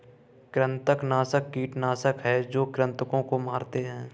कृंतकनाशक कीटनाशक हैं जो कृन्तकों को मारते हैं